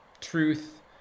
truth